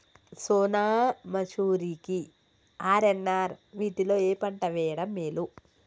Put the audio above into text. సోనా మాషురి కి ఆర్.ఎన్.ఆర్ వీటిలో ఏ పంట వెయ్యడం మేలు?